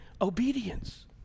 Obedience